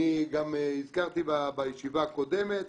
אני גם הזכרתי בישיבה הקודמת --- סליחה,